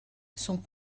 sont